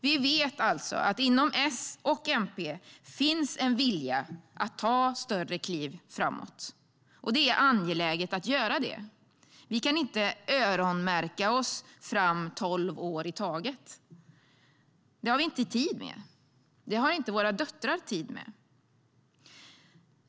Vi vet alltså att inom S och MP finns en vilja att ta större kliv framåt. Det är angeläget att göra det. Vi kan inte öronmärka oss fram tolv år i taget. Det har vi inte tid med. Det har inte våra döttrar tid med.